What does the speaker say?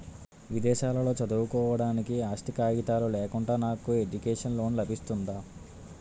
విదేశాలలో చదువుకోవడానికి ఆస్తి కాగితాలు లేకుండా నాకు ఎడ్యుకేషన్ లోన్ లబిస్తుందా?